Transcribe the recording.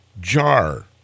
jar